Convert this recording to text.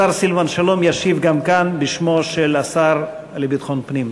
השר סילבן שלום ישיב גם כאן בשמו של השר לביטחון פנים.